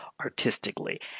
artistically